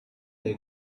the